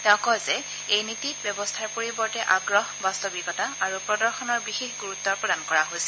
তেওঁ কয় যে এই নীতিত ব্যৱস্থাৰ পৰিৱৰ্তে আগ্ৰহ বাস্তৱিকতা আৰু প্ৰদৰ্শনত বিশেষ গুৰুত্ প্ৰদান কৰা হৈছে